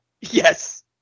Yes